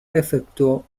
efectuó